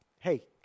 Hey